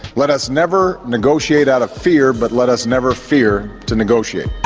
let us never negotiate out of fear but let us never fear to negotiate.